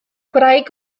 gwraig